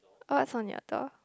what's from your door